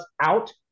out